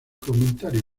comentario